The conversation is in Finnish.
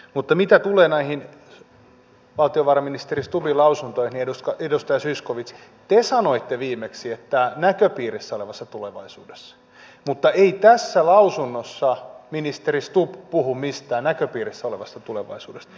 mutta mitä tulee näihin valtiovarainministeri stubbin lausuntoihin edustaja zyskowicz te sanoitte viimeksi että näköpiirissä olevassa tulevaisuudessa mutta ei tässä lausunnossa ministeri stubb puhu mistään näköpiirissä olevasta tulevaisuudesta